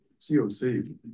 COC